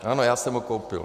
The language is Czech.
Ano, já jsem ho koupil.